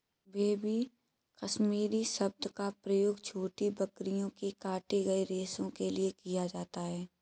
baby Kashmiri शब्द का प्रयोग छोटी बकरियों के काटे गए रेशो के लिए किया जाता है